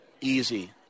easy